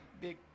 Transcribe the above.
Big